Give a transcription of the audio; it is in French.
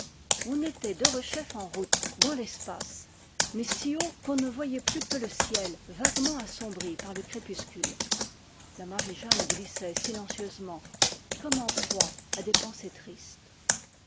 on était derechef en route dans l'espace mais si haut qu'on ne voyait plus que le cie l vague ment assombri par le crépuscule la marie-jeanne glissait silencieusement comme en proie à des pensées tristes